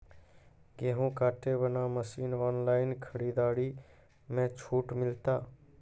गेहूँ काटे बना मसीन ऑनलाइन खरीदारी मे छूट मिलता?